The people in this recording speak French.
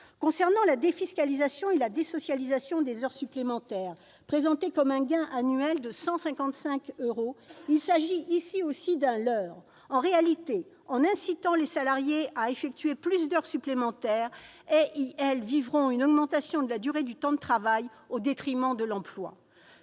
les 75 %. La défiscalisation et la désocialisation des heures supplémentaires, présentées comme un gain annuel de 155 euros, constituent, elles aussi, un leurre. En réalité, en incitant les salariées et les salariés à effectuer plus d'heures supplémentaires, l'on provoquera une augmentation de la durée du temps de travail au détriment de l'emploi.